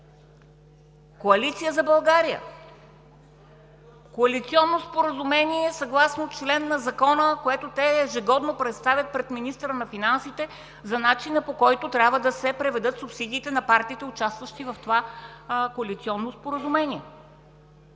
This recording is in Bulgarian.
повече че има коалиционното споразумение съгласно член на Закона, което те ежегодно представят пред министъра на финансите за начина, по който трябва да се преведат субсидиите на партиите, участващи в това коалиционно споразумение.